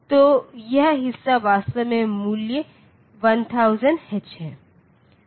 तो यह हिस्सा वास्तव में मूल्य 1000h है